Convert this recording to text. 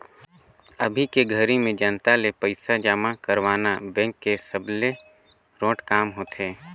अभी के घरी में जनता ले पइसा जमा करवाना बेंक के सबले रोंट काम होथे